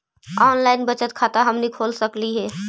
Online बचत खाता हमनी खोल सकली हे?